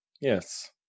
yes